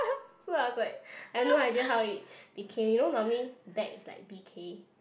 so I was like I've no idea how it became you know normally back is like B_K